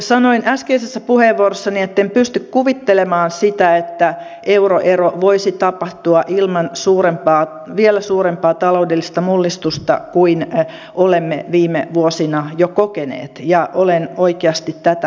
sanoin äskeisessä puheenvuorossani etten pysty kuvittelemaan sitä että euroero voisi tapahtua ilman vielä suurempaa taloudellista mullistusta kuin olemme viime vuosina jo kokeneet ja olen oikeasti tätä mieltä